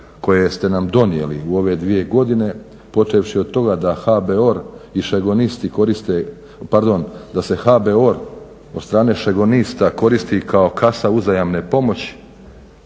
koje ste nam donijeli u ove dvije godine, počevši da HBOR i šegonisti koriste, pardon da se HBOR od strane šegonista koristi kao kasa uzajamne pomoći,